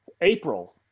April